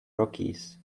rockies